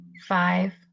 five